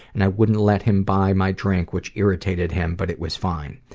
and i wouldn't let him buy my drink, which irritated him, but it was fine.